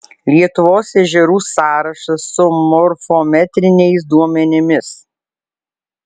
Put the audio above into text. lietuvos ežerų sąrašas su morfometriniais duomenimis